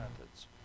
methods